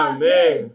Amen